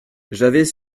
j’avais